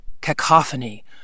cacophony